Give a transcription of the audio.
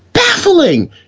Baffling